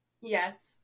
Yes